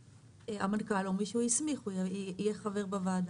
המנכ"ל או מי שהוא הסמיך יהיה חבר בוועדה.